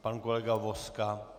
Pan kolega Vozka?